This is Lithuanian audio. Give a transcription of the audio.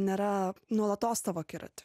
nėra nuolatos tavo akiraty